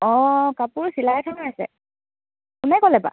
অঁ কাপোৰ চিলাই কোনে ক'লে বা